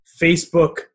Facebook